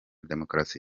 demokarasi